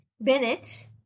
bennett